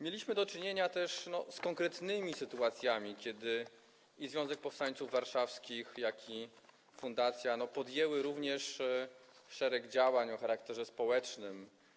Mieliśmy do czynienia też z konkretnymi sytuacjami, kiedy zarówno Związek Powstańców Warszawskich, jak i fundacja podjęły szereg działań o charakterze społecznym.